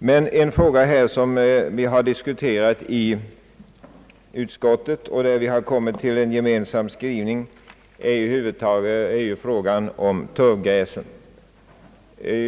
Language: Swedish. En fråga som vi har diskuterat i utskottet och kommit till en gemensam skrivning om gäller turfgräsen.